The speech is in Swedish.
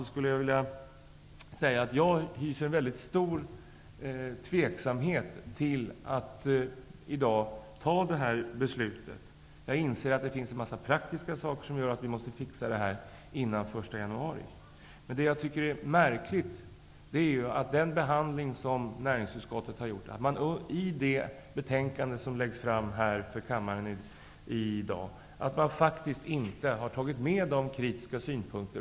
Avslutningsvis vill jag säga att jag är mycket tveksam till att vi i dag skall fatta ett sådant här beslut. Jag inser att det finns en mängd praktiska aspekter som gör att vi måste klara av det här före den 1 januari. Jag tycker dock att det är märkligt att Näringsutskottet i det betänkande som läggs fram för riksdagen i dag inte har tagit med de kritiska synpunkterna.